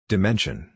Dimension